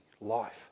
Life